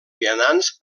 vianants